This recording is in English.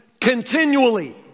continually